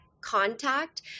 contact